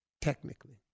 technically